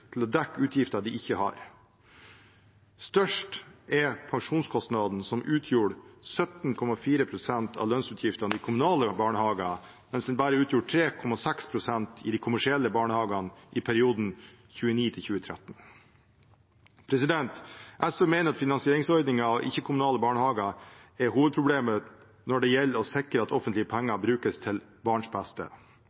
til å dekke utgifter de ikke har. Størst er pensjonskostnaden, som utgjorde 17,4 pst. av lønnsutgiftene i kommunale barnehager, mens det utgjorde bare 3,6 pst. i de kommersielle barnehagene i perioden 2009–2013. SV mener at finansieringsordningen for ikke-kommunale barnehager er hovedproblemet når det gjelder å sikre at offentlige